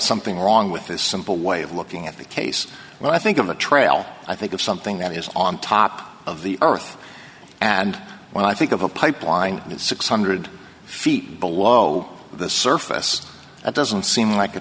something wrong with this simple way of looking at the case when i think of a trail i think of something that is on top of the earth and when i think of a pipeline it's six hundred feet below the surface it doesn't seem like a